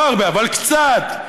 לא הרבה, אבל קצת,